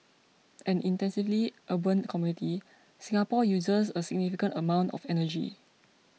an intensively urban community Singapore uses a significant amount of energy